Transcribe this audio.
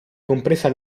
compresa